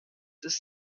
ist